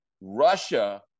Russia –